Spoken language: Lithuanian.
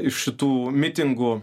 iš šitų mitingų